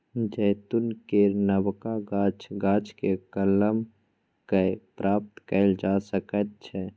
जैतून केर नबका गाछ, गाछकेँ कलम कए प्राप्त कएल जा सकैत छै